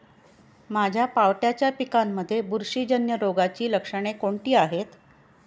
माझ्या पावट्याच्या पिकांमध्ये बुरशीजन्य रोगाची लक्षणे कोणती आहेत?